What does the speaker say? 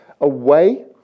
away